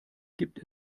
gibt